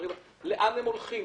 לאן הם הולכים?